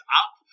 up